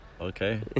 Okay